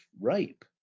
rape